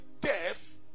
death